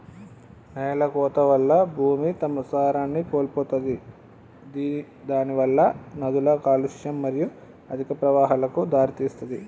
నేలకోత వల్ల భూమి తన సారాన్ని కోల్పోతది గిదానివలన నదుల కాలుష్యం మరియు అధిక ప్రవాహాలకు దారితీస్తది